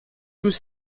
tous